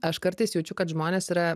aš kartais jaučiu kad žmonės yra